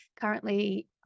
currently